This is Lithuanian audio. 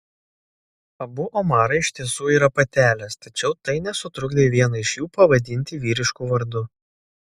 abu omarai iš tiesų yra patelės tačiau tai nesutrukdė vieną iš jų pavadinti vyrišku vardu